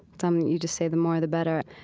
some you just say the more, the better.